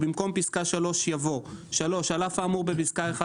במקום פסקה (3) יבוא: "(3)על אף האמור בפסקה (1),